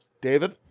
David